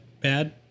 bad